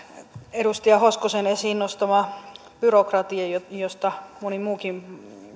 edustaja hoskosen esiin nostamasta byrokratiasta josta moni muukin